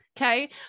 Okay